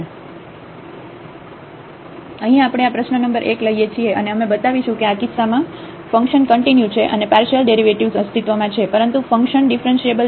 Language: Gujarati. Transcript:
તેથી અહીં આપણે આ પ્રશ્ન નંબર 1 લઈએ છીએ અને અમે બતાવીશું કે આ કિસ્સામાં ફંકશન કંટીન્યુ છે અને પાર્શિયલ ડેરિવેટિવ્ઝ અસ્તિત્વમાં છે પરંતુ ફંકશન ડીફરન્શીએબલ નથી